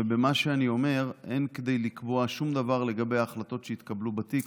במה שאני אומר אין כדי לקבוע שום דבר לגבי החלטות שיתקבלו בתיק,